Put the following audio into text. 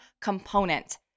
component